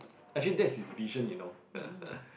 actually that is vision you know